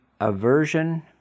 aversion